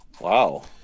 wow